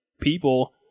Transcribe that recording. people